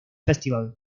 festival